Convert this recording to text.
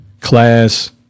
class